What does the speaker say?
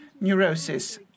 neurosis